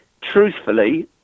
Truthfully